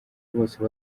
bose